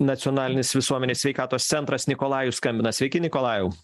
nacionalinis visuomenės sveikatos centras nikolajus skambina sveiki nikolajau